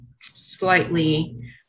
slightly